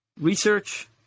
research